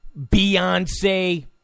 Beyonce